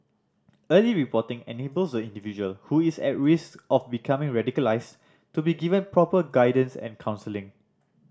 early reporting enables the individual who is at risk of becoming radicalised to be given proper guidance and counselling